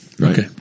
Okay